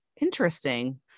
Interesting